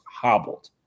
hobbled